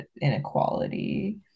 inequality